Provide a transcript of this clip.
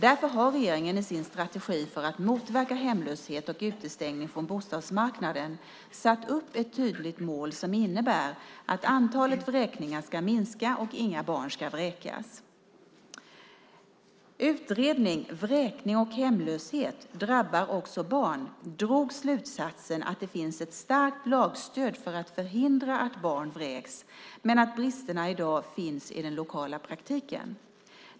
Därför har regeringen i sin strategi för att motverka hemlöshet och utestängning från bostadsmarknaden satt upp ett tydligt mål som innebär att antalet vräkningar ska minska och inga barn ska vräkas. Utredningen Vräkning och hemlöshet - drabbar också barn drog slutsatsen att det finns ett starkt lagstöd för att förhindra att barn vräks, men att bristerna i dag finns i den lokala praktiken.